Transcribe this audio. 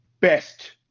best